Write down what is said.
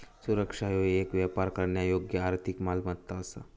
सुरक्षा ह्यो येक व्यापार करण्यायोग्य आर्थिक मालमत्ता असा